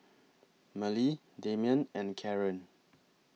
Mallie Demian and Caren